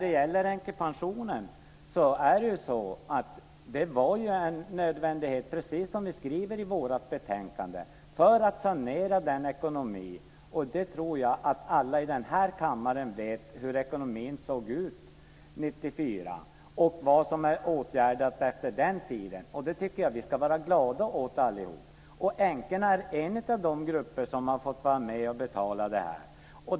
Det här med änkepensionen var ju en nödvändighet, precis som vi skriver i vårt betänkande, för att sanera ekonomin. Jag tror att alla i den här kammaren vet hur ekonomin såg ut 1994 och vad som är åtgärdat efter den tiden. Det tycker jag att vi ska vara glada för allihop. Änkorna är en av de grupper som har fått vara med och betala det här.